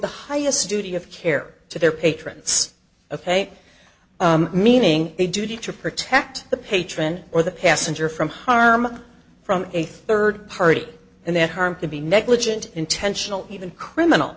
the highest duty of care to their patrons ok meaning the duty to protect the patron or the passenger from harm from a third party and that harm would be negligent intentional even criminal